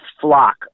flock